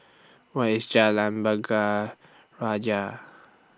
Where IS Jalan Bunga Raya